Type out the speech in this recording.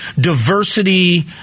diversity –